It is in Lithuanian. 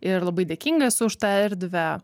ir labai dėkinga esu už tą erdvę